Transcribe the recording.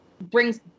brings